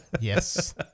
Yes